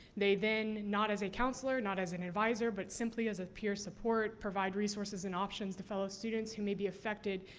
they then, not as a counselor, not as an advisor, but simply as a peer support, provide resources and options to fellow students who may be affected,